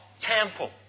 temple